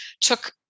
took